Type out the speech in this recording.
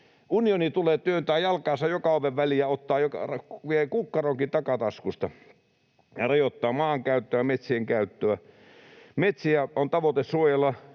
Unioni tulee ja työntää jalkaansa joka oven väliin ja ottaa ja vie kukkaronkin takataskusta ja rajoittaa maankäyttöä ja metsienkäyttöä. Maa-alueita on tavoite suojella